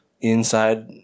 inside